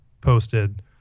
posted